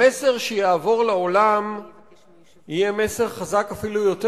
המסר שיעבור לעולם יהיה מסר חזק אפילו יותר.